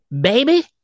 baby